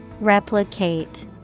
Replicate